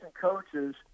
coaches